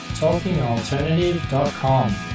talkingalternative.com